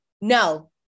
no